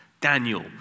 Daniel